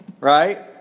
Right